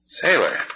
Sailor